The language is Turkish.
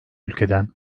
ülkeden